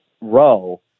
row